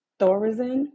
Thorazine